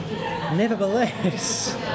Nevertheless